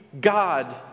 God